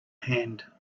hand